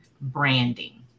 branding